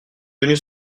venus